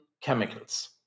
chemicals